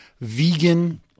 vegan